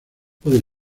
puede